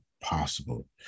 possible